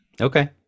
okay